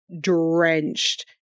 drenched